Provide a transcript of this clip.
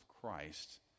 Christ